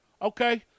Okay